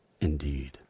Indeed